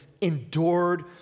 endured